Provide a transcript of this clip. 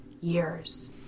years